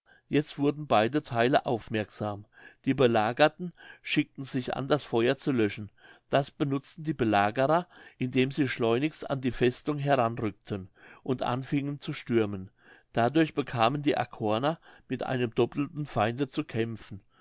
jetzt wurden beide theile aufmerksam die belagerten schickten sich an das feuer zu löschen das benutzten die belagerer indem sie schleunig an die festung heranrückten und anfingen zu stürmen dadurch bekamen die arkoner mit einem dopelten feinde zu kämpfen